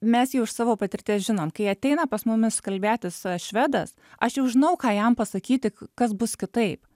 mes jau iš savo patirties žinom kai ateina pas mumis kalbėtis švedas aš jau žinau ką jam pasakyti kas bus kitaip